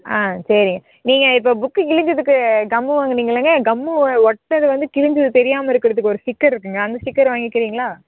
ஆ சரிங்க நீங்கள் இப்போ புக் கிழிஞ்சதுக்கு கம் வாங்கினீங்களங்க கம்மு ஒட்டினது வந்து கிழிஞ்சது தெரியாமல் இருக்கிறதுக்கு ஒரு ஸ்டிக்கர் இருக்குதுங்க அந்த ஸ்டிக்கர் வாங்கிக்கிறீங்களா